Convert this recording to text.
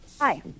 Hi